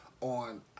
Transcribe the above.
on